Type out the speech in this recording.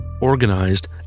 organized